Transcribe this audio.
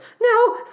No